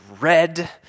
red